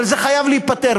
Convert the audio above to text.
אבל זה חייב להיפתר,